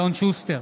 אלון שוסטר,